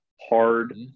hard